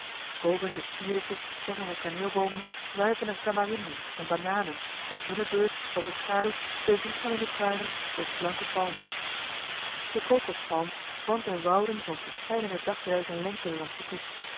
boven de sierlijke tengere kaneelboomen wuiven er tamarinden en bananen op hunne beurt overeli heimans willem roda schaduwd door de wiegelende kruinen der slanke palmen de co cospalm vormt er wouden van verscheidene dagreizen lengte langs de kust